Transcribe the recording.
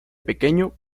pequeño